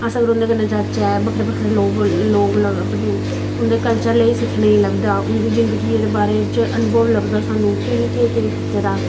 अस अगर उं'दे कन्नै जाच्चै बक्खरे बक्खरे लोग लब्भने उं'दे कल्चर लेई सिक्खने गी लभदा उं'दी जिन्दगी दे बारे च अनुभव लभदा सानूं कि इ'नें केह् केह् कीते दा